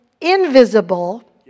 invisible